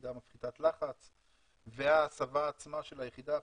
יחידה מפחיתת לחץ וההסבה עצמה של היחידה הפחמית,